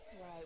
Right